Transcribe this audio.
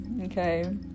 Okay